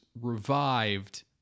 revived